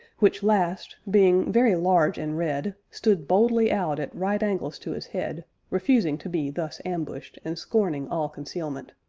which last, being very large and red, stood boldly out at right angles to his head, refusing to be thus ambushed, and scorning all concealment.